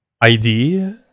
id